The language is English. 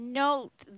note